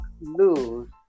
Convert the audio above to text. lose